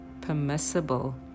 permissible